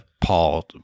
Paul